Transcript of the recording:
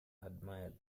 admired